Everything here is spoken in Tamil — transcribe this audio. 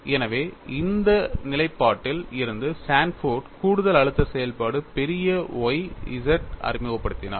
எனவே இந்த நிலைப்பாட்டில் இருந்து சான்ஃபோர்ட் கூடுதல் அழுத்த செயல்பாடு பெரிய Y z அறிமுகப்படுத்தினார்